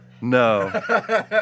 No